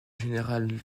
général